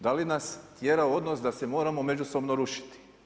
Da li nas tjera odnos da se moramo međusobno rušiti?